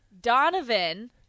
donovan